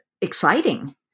exciting